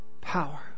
power